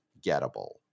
gettable